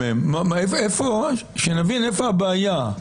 שנבין איפה הבעיה.